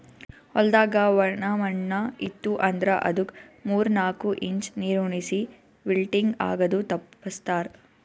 ಹೊಲ್ದಾಗ ಒಣ ಮಣ್ಣ ಇತ್ತು ಅಂದ್ರ ಅದುಕ್ ಮೂರ್ ನಾಕು ಇಂಚ್ ನೀರುಣಿಸಿ ವಿಲ್ಟಿಂಗ್ ಆಗದು ತಪ್ಪಸ್ತಾರ್